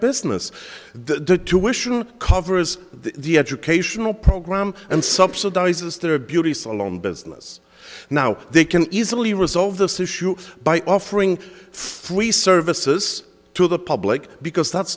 business the mission covers the educational program and subsidizes their beauty salon business now they can easily resolve this issue by offering free services to the public because that's